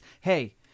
Hey